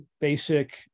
basic